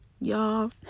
y'all